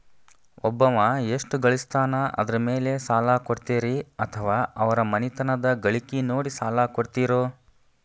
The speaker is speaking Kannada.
ಒಬ್ಬವ ಎಷ್ಟ ಗಳಿಸ್ತಾನ ಅದರ ಮೇಲೆ ಸಾಲ ಕೊಡ್ತೇರಿ ಅಥವಾ ಅವರ ಮನಿತನದ ಗಳಿಕಿ ನೋಡಿ ಸಾಲ ಕೊಡ್ತಿರೋ?